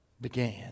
began